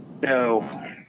No